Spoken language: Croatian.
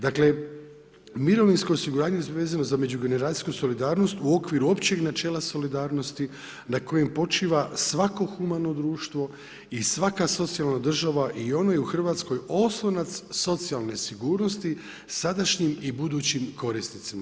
Dakle mirovinsko osiguranje vezano za međugeneracijsku solidarnost u okviru općeg načela solidarnosti na kojem počiva svako humano društvo i svaka socijalna država i ono je u Hrvatskoj oslonac socijalne sigurnosti sadašnjim i budućim korisnicima.